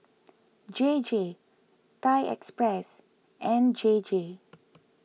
J J Thai Express and J J